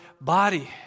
body